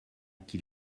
qu’il